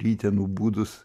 ryte nubudus